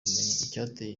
icyateye